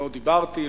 לא דיברתי,